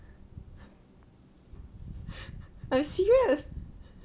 I'm serious